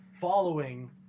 following